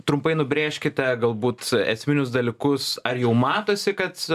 trumpai nubrėžkite galbūt esminius dalykus ar jau matosi kad